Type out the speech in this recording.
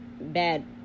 bad